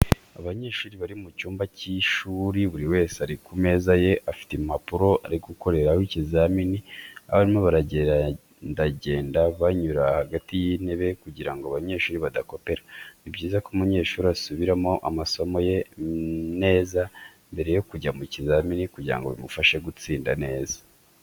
Abanyeshuri bari mu cyumba cy'ishuri buri wese ari ku meza ye, afite impapuro ari gukoreraho ikizamini abarimu baragendagenda banyura hagati y'itebe kugira ngo abanyeshuri badakopera. Ni byiza ko umunyeshuri asubiramo amasomo ye neza mbere yo kujya mu kizamini kugira ngo bimufashe gutsinda neza.